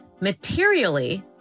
materially